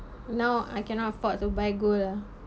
now I cannot afford to buy good ah